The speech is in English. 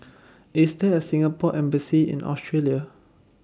IS There A Singapore Embassy in Australia